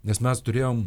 nes mes turėjom